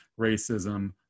racism